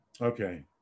okay